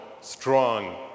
strong